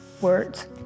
words